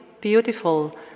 beautiful